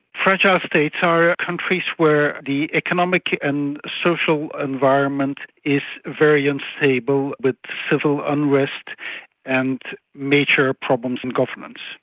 fragile states are countries where the economic and social environment is very unstable with civil unrest and major problems in governments.